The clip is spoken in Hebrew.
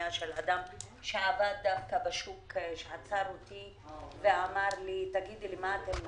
אדם שעבד בשוק אמר לי: "תגידי לי, למה אתם מחכים?